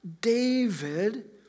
David